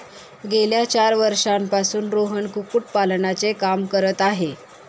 गेल्या चार वर्षांपासून रोहन कुक्कुटपालनाचे काम करत आहे